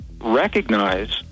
recognize